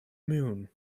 moon